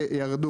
ירדו,